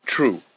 True